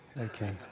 Okay